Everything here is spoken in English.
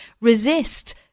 resist